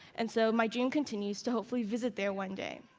and so my dream continues to hopefully visit there one day.